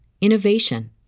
innovation